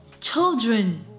children